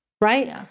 right